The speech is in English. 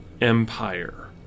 empire